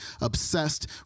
obsessed